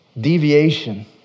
Deviation